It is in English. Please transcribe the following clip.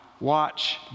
watch